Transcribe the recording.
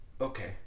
Okay